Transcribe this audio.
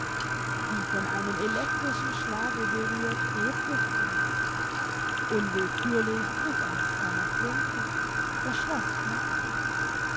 wie von einem electrischen schlage berührt bebte franz unwillkürlich griff er nach seiner flinte das schloß knackte